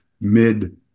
mid